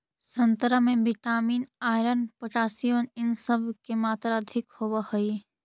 संतरा में vitamin, iron, potassium इ सब के मात्रा अधिक होवऽ हई